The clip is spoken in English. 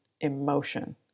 emotion